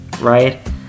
right